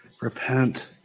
repent